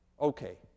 Okay